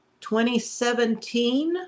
2017